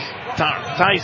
Tyson